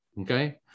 Okay